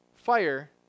fire